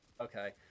okay